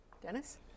Dennis